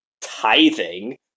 tithing